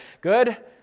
Good